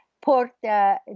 Porta